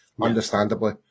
understandably